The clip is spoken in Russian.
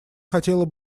хотела